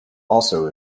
also